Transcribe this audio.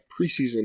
preseason